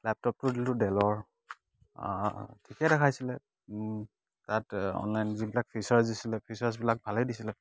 লেপটপটো দিলোঁ ডেলৰ ঠিকেই দেখাইছিলে তাত অনলাইন যিবিলাক ফিচাৰ্ছ দিছিলে ফিচাৰ্ছবিলাক ভালেই দিছিলে